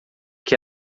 que